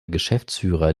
geschäftsführer